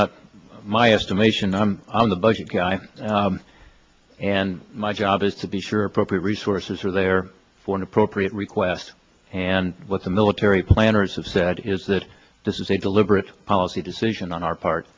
not my estimation i'm on the budget and my job is to be sure appropriate resources are there for an appropriate request and what the military planners have said is that this is a deliberate policy decision on our part